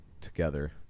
together